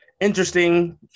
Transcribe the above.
interesting